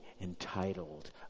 entitled